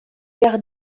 behar